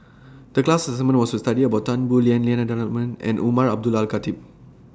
The class assignment was to study about Tan Boo Liat Lim Denan Denon and Umar Abdullah Al Khatib